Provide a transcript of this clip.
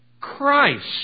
Christ